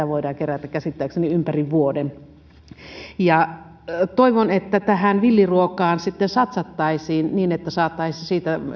voidaan kerätä käsittääkseni ympäri vuoden toivon että tähän villiruokaan satsattaisiin niin että saataisiin siitä